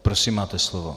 Prosím, máte slovo.